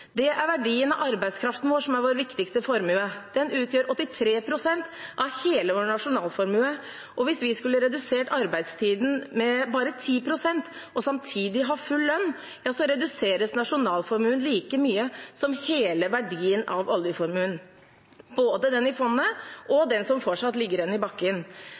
Det er verdien av arbeidskraften vår som er vår viktigste formue. Den utgjør 83 pst. av hele vår nasjonalformue. Hvis vi skulle redusert arbeidstiden med bare 10 pst. og samtidig ha full lønn, ville nasjonalformuen blitt redusert like mye som hele verdien av oljeformuen – både den i fondet og den som fortsatt ligger igjen i bakken.